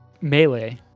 Melee